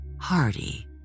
hardy